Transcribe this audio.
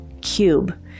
cube